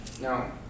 no